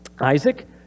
Isaac